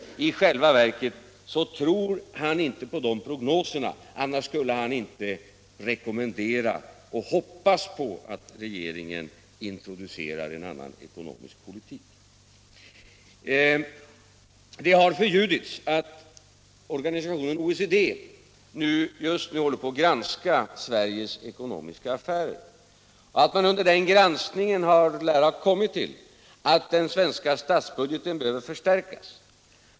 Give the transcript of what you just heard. I själva verket tror han inte på dessa prognoser, för då skulle han inte hoppas på att regeringen introducerar en annan ekonomisk politik. Det har förljudits att organisationen OECD just nu håller på att granska Sveriges ekonomiska affärer och att man vid den granskningen lär ha kommit fram till att den svenska statsbudgeten behöver förstärkas.